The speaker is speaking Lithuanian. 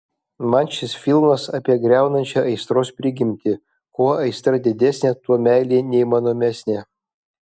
man šis filmas apie griaunančią aistros prigimtį kuo aistra didesnė tuo meilė neįmanomesnė